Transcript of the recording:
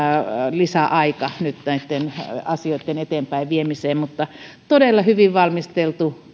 lisäaika nyt näitten asioitten eteenpäinviemiseen mutta todella hyvin valmisteltu